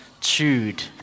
chewed